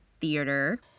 Theater